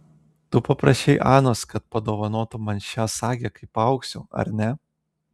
tu paprašei anos kad padovanotų man šią sagę kai paaugsiu ar ne